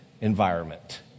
environment